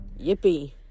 Yippee